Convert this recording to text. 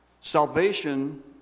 Salvation